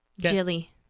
jilly